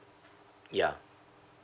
yeah